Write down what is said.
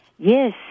Yes